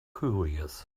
curious